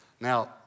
Now